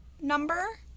number